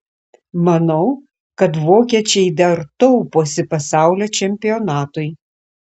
manau kad vokiečiai dar tauposi pasaulio čempionatui